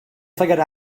figured